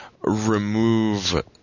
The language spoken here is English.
remove